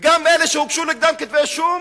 וגם אלה שהוגשו נגדם כתבי אישום,